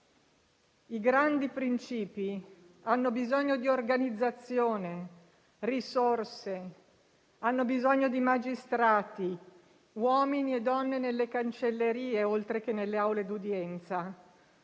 I grandi principi hanno bisogno di organizzazione e risorse; hanno bisogno di magistrati, uomini e donne nelle cancellerie, oltre che nelle aule di udienza;